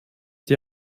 die